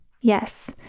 Yes